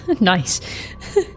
Nice